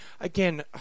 again